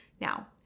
Now